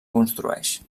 construeix